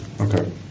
Okay